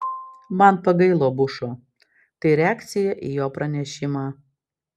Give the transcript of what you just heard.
man pagailo bušo tai reakcija į jo pranešimą